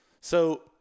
So-